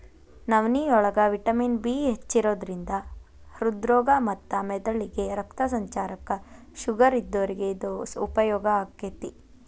ನವನಿಯೋಳಗ vitamin B ಹೆಚ್ಚಿರೋದ್ರಿಂದ ಹೃದ್ರೋಗ ಮತ್ತ ಮೆದಳಿಗೆ ರಕ್ತ ಸಂಚಾರಕ್ಕ, ಶುಗರ್ ಇದ್ದೋರಿಗೆ ಇದು ಉಪಯೋಗ ಆಕ್ಕೆತಿ